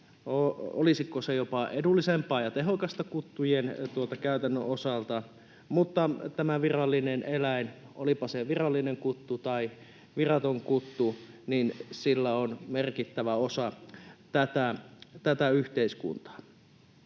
Olisiko se jopa edullisempaa ja tehokasta kuttujen käytön osalta? Mutta tämä virallinen eläin, olipa se virallinen kuttu tai viraton kuttu, on merkittävä osa tässä yhteiskuntaa.